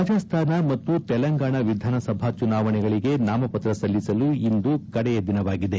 ರಾಜಸ್ತಾನ ಮತ್ತು ತೆಲಂಗಾಣ ವಿಧಾನಸಭಾ ಚುನಾವಣೆಗಳಿಗೆ ನಾಮಪತ್ರ ಸಲ್ಲಿಸಲು ಇಂದು ಕಡೆಯ ದಿನವಾಗಿದೆ